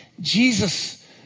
Jesus